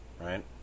right